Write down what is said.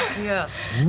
yes!